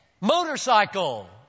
motorcycle